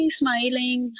smiling